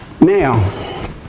now